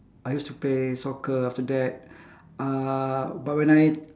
I used to play soccer after that uh but when I